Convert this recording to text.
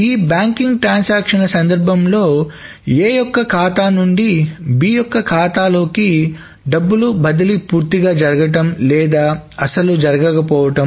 ఈ బ్యాంకింగ్ ట్రాన్సాక్షన్ల సందర్భంలో A యొక్క ఖాతా నుండి B యొక్క ఖాతాలోకి డబ్బు బదిలీ పూర్తిగా జరగటం లేదా అసలు జరగకపోవడం